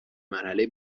مرحله